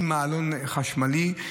עם מעלון חשמלי,